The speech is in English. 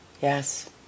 Yes